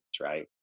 right